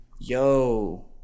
Yo